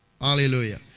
Hallelujah